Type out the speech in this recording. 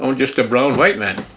um just a brown white man.